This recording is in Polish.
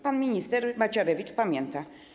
Pan minister Macierewicz pamięta.